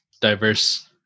diverse